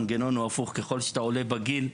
המנגנון הוא הפוך ככל שאתה עולה בגיל,